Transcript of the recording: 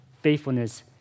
faithfulness